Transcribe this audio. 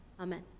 Amen